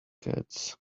cats